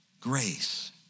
grace